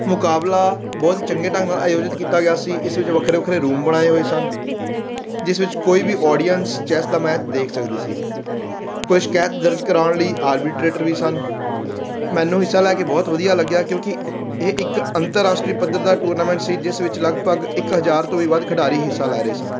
ਮੁਕਾਬਲਾ ਬਹੁਤ ਚੰਗੇ ਢੰਗ ਨਾਲ ਆਯੋਜਿਤ ਕੀਤਾ ਗਿਆ ਸੀ ਇਸ ਵਿੱਚ ਵੱਖਰੇ ਵੱਖਰੇ ਰੂਮ ਬਣਾਏ ਹੋਏ ਸਨ ਜਿਸ ਵਿੱਚ ਕੋਈ ਵੀ ਓਡੀਅੰਸ ਚੈਸ ਦਾ ਮੈਚ ਦੇਖ ਸਕਦੀ ਸੀ ਕੋਈ ਸ਼ਿਕਾਇਤ ਦਰਜ ਕਰਾਉਣ ਲਈ ਆਰਬੀਟਰੇਟਰ ਵੀ ਸਨ ਮੈਨੂੰ ਹਿੱਸਾ ਲੈ ਕੇ ਬਹੁਤ ਵਧੀਆ ਲੱਗਿਆ ਕਿਉਂਕਿ ਇਹ ਇੱਕ ਅੰਤਰਰਾਸ਼ਟਰੀ ਪੱਧਰ ਦਾ ਟੂਰਨਾਮੈਂਟ ਸੀ ਜਿਸ ਵਿੱਚ ਲਗਭਗ ਇੱਕ ਹਜ਼ਾਰ ਤੋਂ ਵੀ ਵੱਧ ਖਿਡਾਰੀ ਹਿੱਸਾ ਲੈ ਰਹੇ ਸਨ